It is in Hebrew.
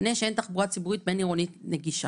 מפני שאין תחבורה ציבורית בין-עירונית נגישה.